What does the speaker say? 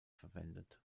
verwendet